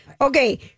Okay